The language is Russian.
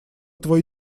твой